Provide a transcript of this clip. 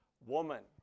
woman